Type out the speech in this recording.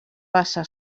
passa